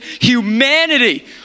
humanity